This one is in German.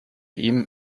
ihm